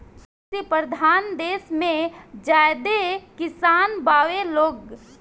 कृषि परधान देस मे ज्यादे किसान बावे लोग